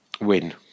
Win